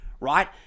right